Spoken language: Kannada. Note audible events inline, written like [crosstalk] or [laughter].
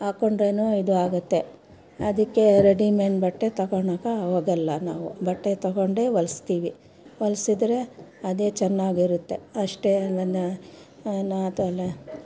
ಹಾಕೊಂಡ್ರೂ ಇದು ಆಗುತ್ತೆ ಅದಕ್ಕೆ ರೆಡಿಮೆಂಡ್ ಬಟ್ಟೆ ತೊಕೊಳಕ್ಕ ಹೋಗಲ್ಲ ನಾವು ಬಟ್ಟೆ ತೊಗೊಂಡೆ ಹೊಲಿಸ್ತೀವಿ ಹೊಲ್ಸಿದ್ರೆ ಅದೇ ಚೆನ್ನಾಗಿರುತ್ತೆ ಅಷ್ಟೇ ನನ್ನ [unintelligible]